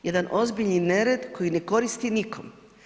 Jedan ozbiljni nered koji ne koristi nikom.